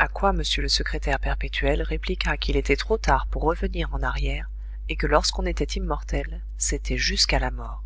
a quoi m le secrétaire perpétuel répliqua qu'il était trop tard pour revenir en arrière et que lorsqu'on était immortel c'était jusqu'à la mort